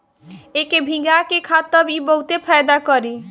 इके भीगा के खा तब इ बहुते फायदा करि